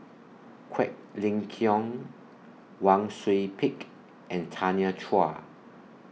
Quek Ling Kiong Wang Sui Pick and Tanya Chua